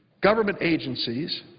government agencies,